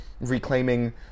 reclaiming